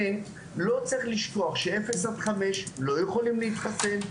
לא צריך לשכוח ש-0 5 לא יכולים להתחסן.